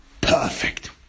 perfect